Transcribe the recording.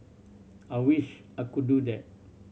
I wish I could do that